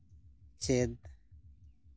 ᱪᱮᱫ